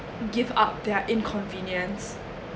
give up their inconvenience